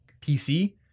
PC